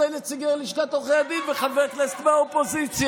שני נציגים של לשכת עורכי הדין וחבר כנסת מהאופוזיציה,